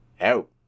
out